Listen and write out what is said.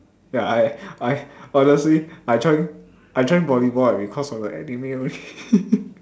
ya I I honestly I join I join volleyball right because of the anime only